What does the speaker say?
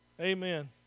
Amen